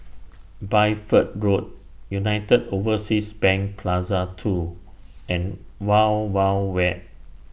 Bideford Road United Overseas Bank Plaza two and Wild Wild Wet